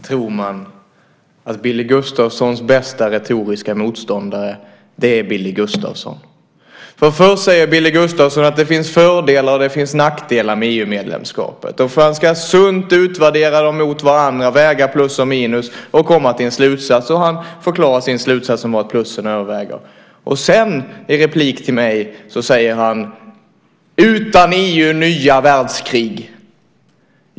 Fru talman! Där tror man att Billy Gustafssons bästa retoriska motståndare är Billy Gustafsson. Först säger Billy Gustafsson att det finns fördelar och att det finns nackdelar med EU-medlemskapet och att man sunt ska utvärdera dem och väga plus och minus och komma till en slutsats. Och han förklarar sin slutsats som att plussidan överväger. Sedan säger han i en replik till mig: Utan EU nya världskrig.